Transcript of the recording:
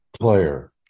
player